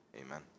Amen